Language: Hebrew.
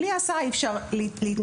בלי הסעה אי אפשר להתנהל.